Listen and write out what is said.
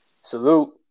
Salute